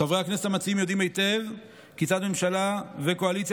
חברי הכנסת המציעים יודעים היטב כיצד ממשלה וקואליציה